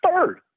third